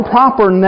proper